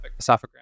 esophagram